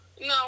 no